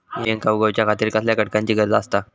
हया बियांक उगौच्या खातिर कसल्या घटकांची गरज आसता?